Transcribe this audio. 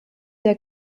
der